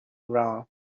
round